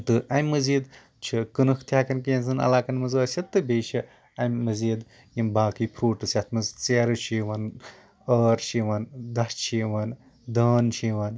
تہٕ اَمہِ مٔزیٖد چھِ کٕنک تہِ کیٚنٛہہ زن علاقن منٛز ٲسِتھ تہٕ بیٚیہِ چھِ اَمہِ مٔزیٖد یِم باقٕے فروٗٹس یَتھ منٛز ژَیرٕ چھِ یِوان ٲر چھِ یِوان دَچھ چھِ یِوان دٲن چھِ یِوان